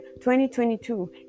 2022